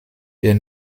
der